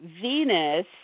venus